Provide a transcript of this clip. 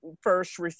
first